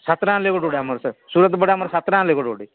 ସାତ ଟଙ୍କା ଲେଖା ଗୋଟେ ଆମର ସୁରଟ ପଟେ ଆମର ସାତ ଟଙ୍କା ଲେଖା ଗୋଟେ